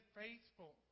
faithful